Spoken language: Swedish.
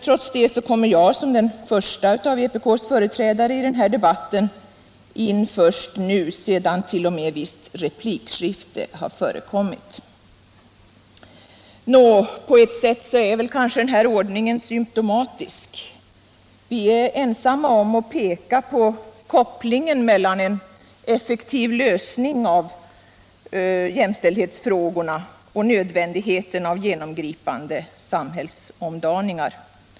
Trots det kommer jag som den första av vpk:s företrädare i den här debatten in först nu, t.o.m. sedan visst replikskifte har förekommit. På ett sätt är den här ordningen symtomatisk. Vi är ensamma om att peka på kopplingen mellan en effektiv lösning på jämställdhetsfrågorna och nödvändigheten av genomgripande samhällsomdaningar.